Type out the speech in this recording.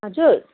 हजुर